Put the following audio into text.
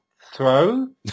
throw